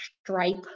stripe